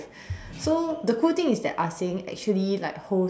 so the cool thing is that ah Seng actually like hosts